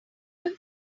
were